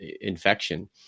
infection